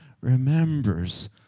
remembers